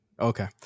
Okay